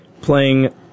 playing